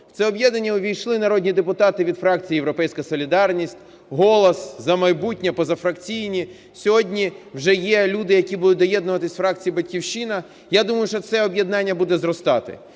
В це об'єднання увійшли народні депутати від фракцій "Європейська солідарність", "Голос", "За майбутнє", позафракційні, сьогодні вже люди, які будуть доєднуватися з фракції "Батьківщина". Я думаю, що це об'єднання буде зростати.